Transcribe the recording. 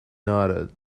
nodded